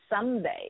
someday